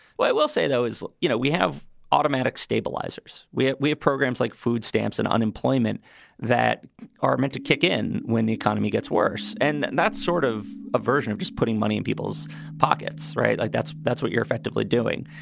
will say, though, as you know, we have automatic stabilizers. we have we have programs like food stamps and unemployment that are meant to kick in when the economy gets worse and that's sort of a version of just putting money in people's pockets. right. like that's that's what you're effectively doing.